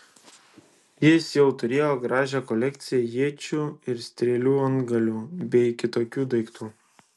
jis jau turėjo gražią kolekciją iečių ir strėlių antgalių bei kitokių daiktų